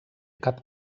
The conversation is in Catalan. cap